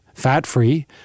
fat-free